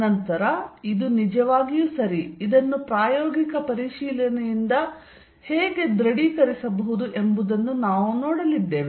ನಂತರ ಇದು ನಿಜವಾಗಿಯೂ ಸರಿ ಇದನ್ನು ಪ್ರಾಯೋಗಿಕ ಪರಿಶೀಲನೆಯಿಂದ ಹೇಗೆ ದೃಡೀಕರಿಸಬಹುದು ಎಂಬುದನ್ನು ನಾವು ನೋಡಲಿದ್ದೇವೆ